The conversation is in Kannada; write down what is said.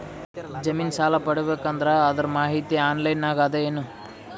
ಜಮಿನ ಸಾಲಾ ಪಡಿಬೇಕು ಅಂದ್ರ ಅದರ ಮಾಹಿತಿ ಆನ್ಲೈನ್ ನಾಗ ಅದ ಏನು?